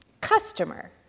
Customer